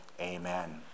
Amen